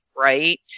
right